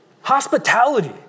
Hospitality